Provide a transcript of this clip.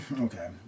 Okay